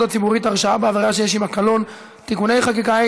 הציבורית (הרשעה בעבירה שיש עימה קלון) (תיקוני חקיקה),